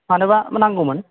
मानोबा नांगौमोन